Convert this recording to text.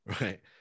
right